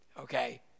Okay